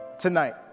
tonight